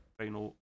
final